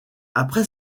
après